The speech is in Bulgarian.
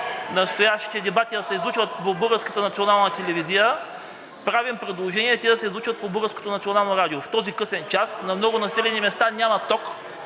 настоящите дебати да се излъчват по Българската национална телевизия, правим предложение те да се излъчват по Българското национално радио. В този късен час на много населени места няма ток